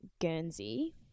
Guernsey